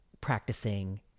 practicing